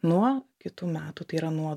nuo kitų metų tai yra nuo